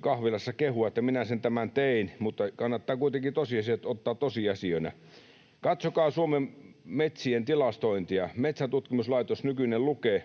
kahvilassa kehua, että minä sen tämän tein, mutta kannattaa kuitenkin tosiasiat ottaa tosiasioina. Katsokaa Suomen metsien tilastointia. Metsäntutkimuslaitos, nykyinen Luke,